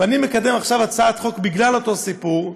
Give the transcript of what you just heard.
ואני מקדם עכשיו הצעת חוק, בגלל אותו סיפור,